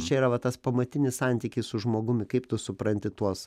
čia yra va tas pamatinis santykis su žmogumi kaip tu supranti tuos